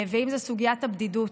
זאת סוגיית הבדידות,